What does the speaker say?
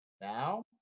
Now